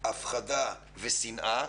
הפחדה ושנאה